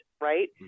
Right